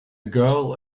girl